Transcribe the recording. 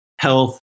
health